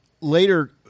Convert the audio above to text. later